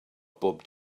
pob